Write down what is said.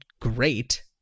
great